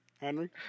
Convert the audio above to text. Henry